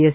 S